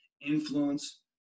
Influence